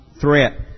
threat